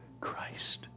Christ